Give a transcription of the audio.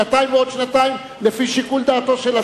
שנתיים ועוד שנתיים, לפי שיקול דעתו של השר.